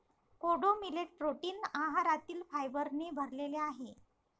कोडो millet protein आहारातील फायबरने भरलेले आहे